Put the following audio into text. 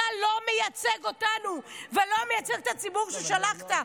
אתה לא מייצג אותנו ולא מייצג את הציבור ששלחת.